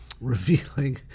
revealing